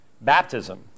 baptism